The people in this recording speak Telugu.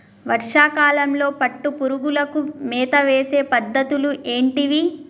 వర్షా కాలంలో పట్టు పురుగులకు మేత వేసే పద్ధతులు ఏంటివి?